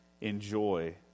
enjoy